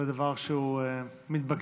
זה דבר שהוא מתבקש,